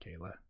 kayla